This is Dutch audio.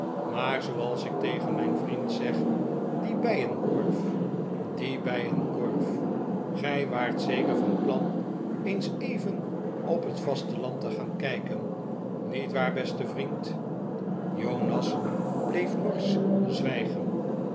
maar zooals ik tegen mijn vriend zeg die bijenkorf die bijenkorf gij waart zeker van plan eens even op het vasteland te gaan kijken niet waar beste vriend jonas bleef norsch zwijgen